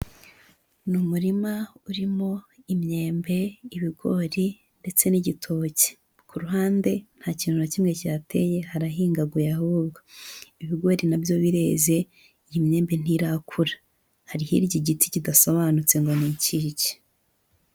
Ni umurima urimo imyembe, ibigori ndetse n'igitoki, ku ruhande nta kintu na kimwe kihateye harahingaguye ahubwo, ibigori nabyo bireze iyi myenda ntirakura hari hirya igiti kidasobanutse ngo ni icyiriki.